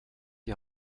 die